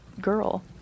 girl